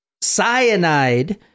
cyanide